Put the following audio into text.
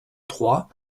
trois